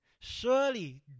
surely